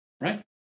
right